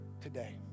today